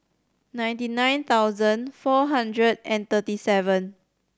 ninety nine thousand four hundred and thirty seven